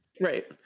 Right